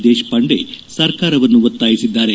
ದೇಶಪಾಂಡೆ ಸರ್ಕಾರವನ್ನು ಒತ್ತಾಯಿಸಿದ್ದಾರೆ